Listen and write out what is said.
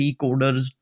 coders